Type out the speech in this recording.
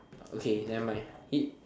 okay nevermind he